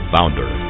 founder